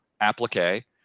applique